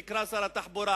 שנקרא שר התחבורה,